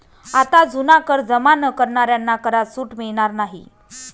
आता जुना कर जमा न करणाऱ्यांना करात सूट मिळणार नाही